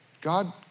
God